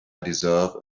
deserve